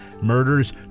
Murders